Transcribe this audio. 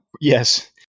Yes